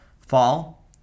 fall